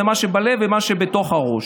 זה מה שבלב ומה שבתוך הראש.